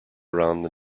around